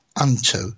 Unto